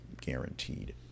guaranteed